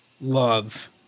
love